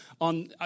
on